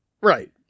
Right